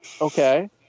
okay